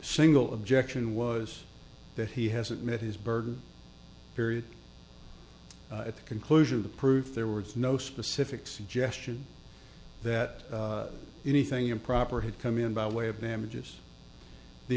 single objection was that he hasn't met his burden period at the conclusion of the proof there was no specific suggestion that anything improper had come in by way of damages the